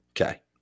Okay